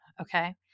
Okay